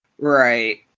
Right